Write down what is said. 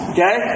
Okay